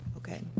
Okay